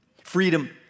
Freedom